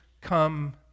come